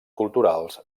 culturals